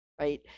right